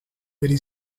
very